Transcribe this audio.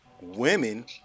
women